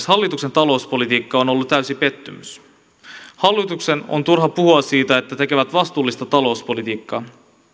hallituksen talouspolitiikka on ollut täysi pettymys hallituksen on turha puhua siitä että se tekee vastuullista talouspolitiikkaa